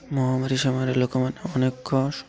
ମହାମାରୀ ସମୟରେ ଲୋକମାନେ ଅନେକ